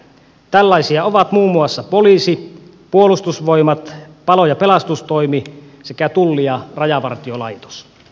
tällaisia ovat muun muassa poliisi puolustusvoimat palo ja pelastustoimi sekä tulli ja rajavartiolaitos